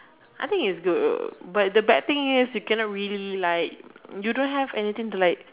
I think is good but the bad thing is you cannot really like you don't have anything to like